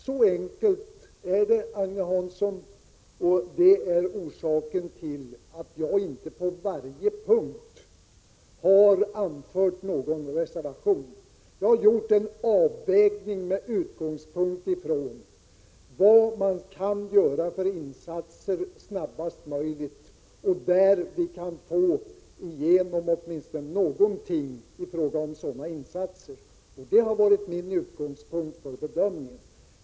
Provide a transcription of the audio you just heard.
Så enkelt är det, Agne Hansson, och det är orsaken till att jag inte på varje punkt har avgett någon reservation. Jag har gjort en avvägning med utgångspunkt i möjligheten att så snabbt som möjligt kunna göra vissa insatser.